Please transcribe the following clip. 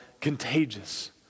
Contagious